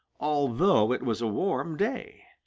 although it was a warm day.